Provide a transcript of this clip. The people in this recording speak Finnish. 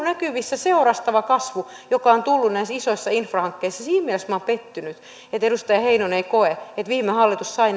näkyvissä se orastava kasvu joka on tullut näissä isoissa infrahankkeissa siinä mielessä minä olen pettynyt että edustaja heinonen ei koe että viime hallitus sai